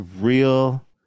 real